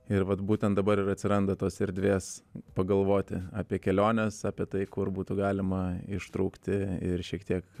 ir vat būtent dabar ir atsiranda tos erdvės pagalvoti apie keliones apie tai kur būtų galima ištrūkti ir šiek tiek